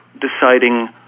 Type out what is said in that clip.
deciding